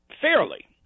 fairly